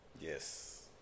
Yes